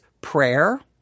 prayer